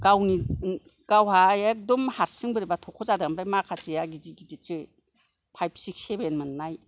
गावहा एकदम हारसिं बोरैबा थख' जादों ओमफ्राय माखासेया गिदिर गिदिरसै फाइभ सिक्स सेभेन मोननाय